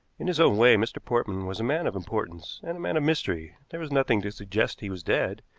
in his own way mr. portman was a man of importance, and a man of mystery. there was nothing to suggest he was dead,